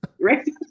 Right